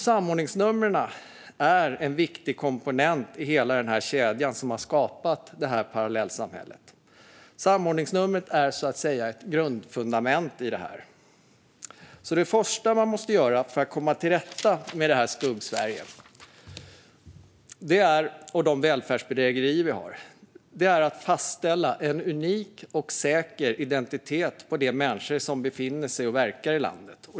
Samordningsnummer är en viktig komponent i den kedja som har lett till att parallellsamhället har skapats. Samordningsnummer är ett grundfundament för det. Det första man måste göra för att komma till rätta med detta Skuggsverige och dessa välfärdsbedrägerier är att fastställa en unik och säker identitet på de människor som befinner sig i och verkar i landet.